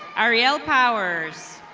ariel powers.